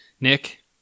Nick